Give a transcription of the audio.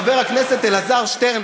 חבר הכנסת אלעזר שטרן,